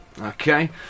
Okay